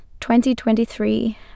2023